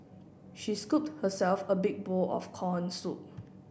she scooped herself a big bowl of corn soup